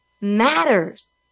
matters